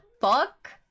fuck